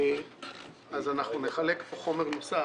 אני אחלק חומר נוסף